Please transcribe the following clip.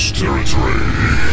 territory